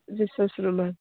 resource रुमान